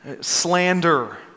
slander